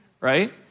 Right